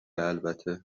البته